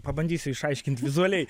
pabandysiu išaiškint vizualiai